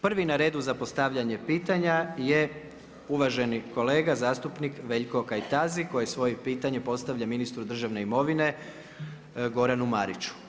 Prvi na redu za postavljanje pitanja, je uvaženi kolega, zastupnik Veljko Kajtazi, koje svoje pitanje postavlja ministru državne imovine, Goranu Mariću.